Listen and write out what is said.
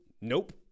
Nope